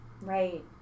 Right